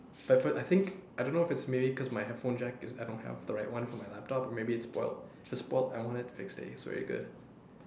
but I put I think I don't know if it's maybe cause my headphone jack is I don't have the right one for my laptop or maybe it is spoiled if it's spoiled I want it fixed because it's very good